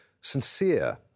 sincere